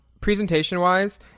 presentation-wise